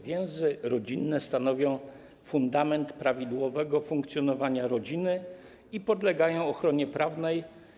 Więzy rodzinne stanowią fundament prawidłowego funkcjonowania rodziny i podlegają ochronie prawnej.